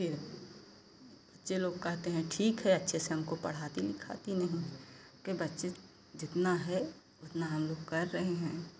फिर बच्चे लोग कहते हैं ठीक है अच्छे से हमको पढ़ाती लिखाती नहीं है कि बच्चे जितना है उतना हम लोग कर रहे हैं